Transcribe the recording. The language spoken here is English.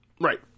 Right